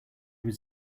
was